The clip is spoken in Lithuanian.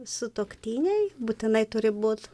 sutuoktiniai būtinai turi būt